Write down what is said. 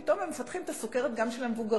פתאום הם מפתחים את הסוכרת גם של המבוגרים.